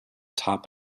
top